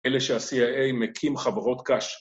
אלה שה-CIA מקים חברות קש.